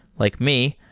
like me,